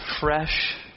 fresh